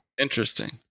interesting